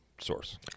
source